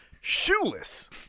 shoeless